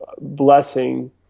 blessing